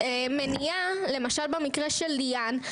למשל במקרה של ליאם,